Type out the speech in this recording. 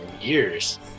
years